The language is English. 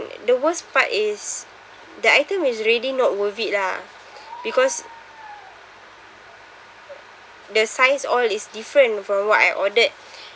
the worst part is the item is really not worth it lah because the size all is different from what I ordered